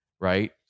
right